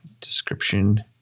description